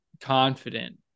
confident